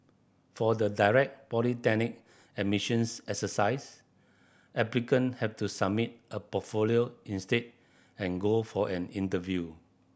for the direct polytechnic admissions exercise applicant have to submit a portfolio instead and go for an interview